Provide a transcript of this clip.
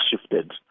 shifted